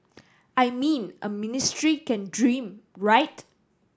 I mean a ministry can dream right